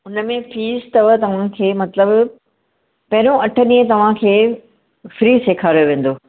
उन में फ़ीस अथव तव्हां खे मतिलब पहिरियों अठ ॾींहं तव्हां खे फ़्री सेखारियो वेंदव